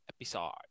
episode